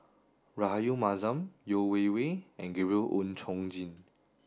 Rahayu Mahzam Yeo Wei Wei and Gabriel Oon Chong Jin